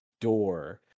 door